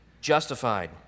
justified